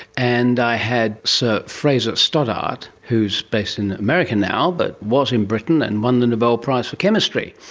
and i had sir fraser stoddart who is based in america now but was in britain and won the nobel prize for chemistry,